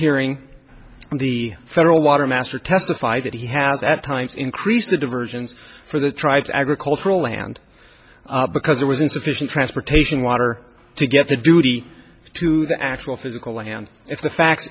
hearing the federal water master testify that he has at times increased the diversions for the tribes agricultural land because there was insufficient transportation water to get the duty to the actual physical land if the fact